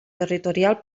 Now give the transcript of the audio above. territorial